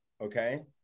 Okay